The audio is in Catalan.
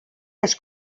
els